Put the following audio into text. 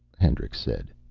hendricks said.